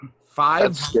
five